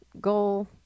goal